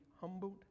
humbled